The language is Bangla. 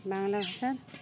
বাংলা ভাষা